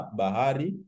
bahari